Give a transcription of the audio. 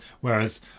Whereas